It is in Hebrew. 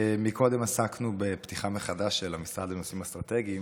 קודם עסקנו בפתיחה מחדש של המשרד לנושאים אסטרטגיים,